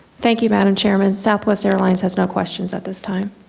thank you, madam chairman. southwest airlines has no questions at this time.